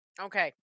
Okay